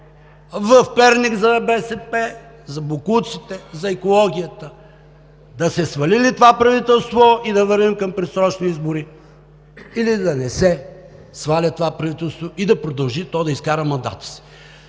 за Перник в БСП, за боклуците, за екологията, да се свали ли това правителство и да вървим към предсрочни избори, или да не се сваля това правителство и да продължи да изкара мандата си.